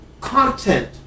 content